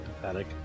pathetic